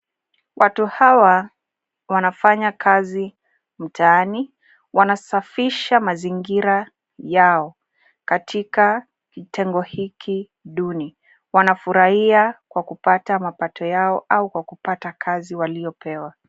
Watu hawa wanafanya kazi mtaani. Wanasafisha mazingira yao, katika kitengo hiki duni. Wanafurahia kwa kupata mapato yao au kwa kupata kazi waliopewa.